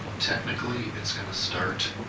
technically it's going to start